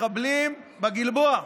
מחבלים בגלבוע?